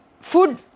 food